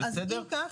אם כך,